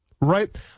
right